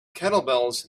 kettlebells